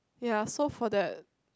ya so for that